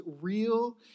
real